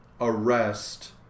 arrest